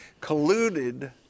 colluded